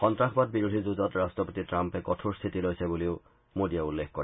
সন্তাসবাদ বিৰোধী যুঁজত ৰাট্টপতি ট্ৰাম্পে কঠোৰ স্থিতি লৈছে বুলি মোদীয়ে উল্লেখ কৰে